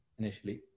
initially